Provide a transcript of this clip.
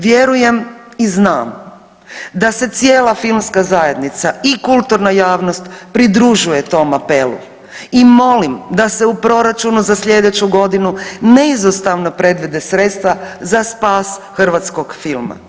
Vjerujem i znam da se cijela filmska zajednica i kulturna javnost pridružuje tom apelu i molim da se u proračunu za sljedeću godinu neizostavno predvide sredstva za spas hrvatskog filma.